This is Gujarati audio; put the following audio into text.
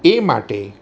એ માટે